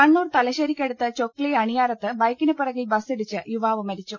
കണ്ണൂർ തലശ്ശേരിക്കടുത്ത് ചൊക്സി അണിയാരത്ത് ബൈക്കിന് പിറ കിൽ ബസ്സിടിച്ച് യുവാവ് മരിച്ചു